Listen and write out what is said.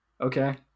Okay